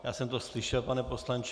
Ano, já jsem to slyšel, pane poslanče.